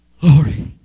glory